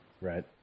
Right